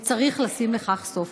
וצריך לשים לכך סוף.